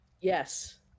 Yes